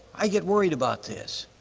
i get worried about this.